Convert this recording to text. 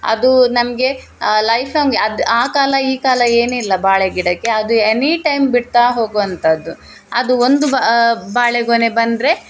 ಅದು ನಮಗೆ ಲೈಫಂಗೆ ಅದು ಆ ಕಾಲ ಈ ಕಾಲ ಏನಿಲ್ಲ ಬಾಳೆಗಿಡಕ್ಕೆ ಅದು ಎನೀ ಟೈಮ್ ಬಿಡ್ತಾ ಹೋಗುವಂಥದ್ದು ಅದು ಒಂದು ಬಾಳೆಗೊನೆ ಬಂದರೆ